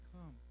come